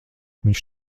viņš